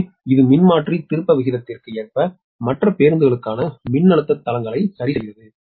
எனவே இது மின்மாற்றி திருப்ப விகிதத்திற்கு ஏற்ப மற்ற பேருந்துகளுக்கான மின்னழுத்த தளங்களை சரிசெய்கிறது